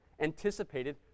anticipated